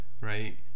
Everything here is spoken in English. right